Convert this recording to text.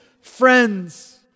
friends